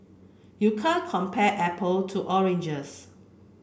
you can't compare apple to oranges